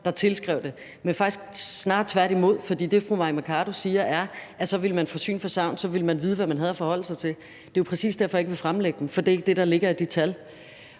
der tilsagde det. Man faktisk er det snarere tværtimod, for det, fru Mai Mercado siger, er, at så ville man få syn for sagn; så ville man vide, hvad man havde at forholde sig til. Det er jo præcis derfor, at jeg ikke vil fremlægge dem, for det er ikke det, der ligger i de tal.